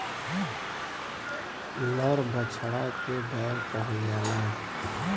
नर बछड़ा के बैल कहल जाला